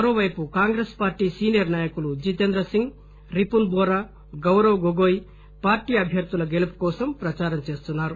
మరోవైపు Congress party senior నాయకులు Jitendra Singh Ripun Bora Gaurav Gogoi party అభ్యర్దుల గెలుపు కోసం ప్రచారం చేస్తున్నారు